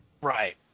Right